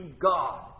God